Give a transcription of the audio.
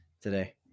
today